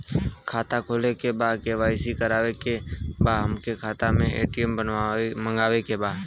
खाता खोले के बा के.वाइ.सी करावे के बा हमरे खाता के ए.टी.एम मगावे के बा?